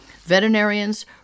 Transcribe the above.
Veterinarians